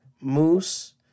Moose